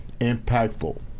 impactful